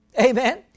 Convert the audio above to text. Amen